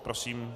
Prosím.